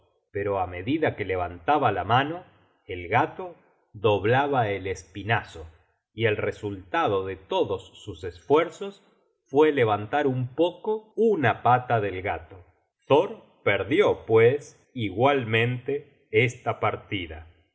pero á medida que levantaba la mano el gato doblaba el espinazo y el resultado de todos sus esfuerzos fue levantar un poco una pata del gato thor perdió pues igualmente esta partida